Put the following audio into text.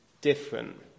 different